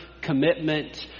commitment